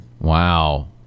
Wow